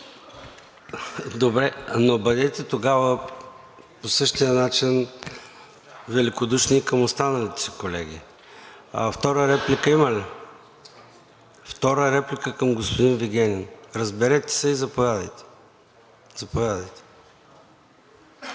(Реплики.) Бъдете тогава по същия начин великодушен и към останалите си колеги. Втора реплика има ли? Втора реплика към господин Вигенин. Разберете се и заповядайте. ДЕНИЦА